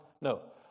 no